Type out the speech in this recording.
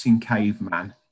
Caveman